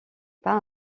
pas